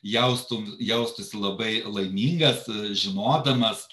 jaustų jaustis labai laimingas žinodamas